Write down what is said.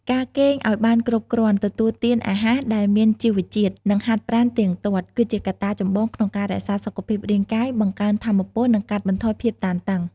ការគេងឲ្យបានគ្រប់គ្រាន់ ទទួលទានអាហារដែលមានជីវជាតិ និងហាត់ប្រាណទៀងទាត់ គឺជាកត្តាចម្បងក្នុងការរក្សាសុខភាពរាងកាយ បង្កើនថាមពល និងកាត់បន្ថយភាពតានតឹង។